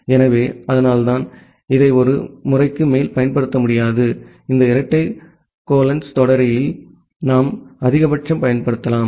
எனவே அதனால்தான் இதை ஒரு முறைக்கு மேல் பயன்படுத்த முடியாது இந்த இரட்டை கோலன்ஸ் தொடரியல் நாம் அதிகபட்சம் பயன்படுத்தலாம்